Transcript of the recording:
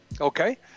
Okay